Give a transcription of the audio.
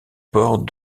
port